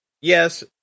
Yes